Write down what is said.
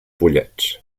pollets